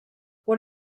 what